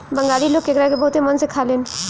बंगाली लोग केकड़ा के बहुते मन से खालेन